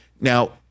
Now